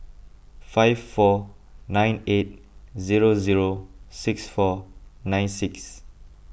five four nine eight zero zero six four nine six